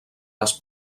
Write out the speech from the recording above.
les